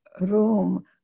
room